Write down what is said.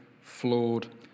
flawed